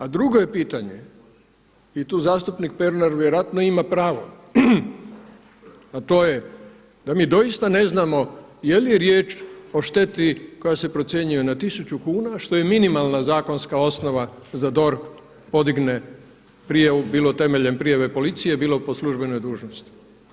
A drugo je pitanje i tu zastupnik Pernar vjerojatno ima pravo a to je da mi doista ne znamo je li riječ o šteti koja se procjenjuje na 1000 kuna što je minimalna zakonska osnova za DORH podigne prijavu, bilo temeljem prijave policije, bilo po službenoj dužnosti.